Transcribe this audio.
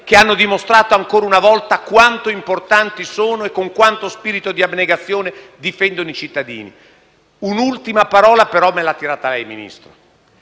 che hanno di mostrato ancora una volta quanto importanti siano e con quanto spirito di abnegazione difendano i cittadini. Un'ultima parola però me l'ha tirata lei, signor